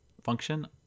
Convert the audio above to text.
function